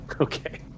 Okay